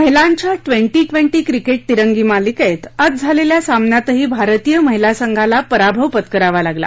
महिलांच्या twenty twenty cricket तिरंगी मालिकेत आज झालेल्या सामन्यातही भारतीय महिला संघाला पराभव पत्करावा लागला